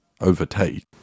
overtake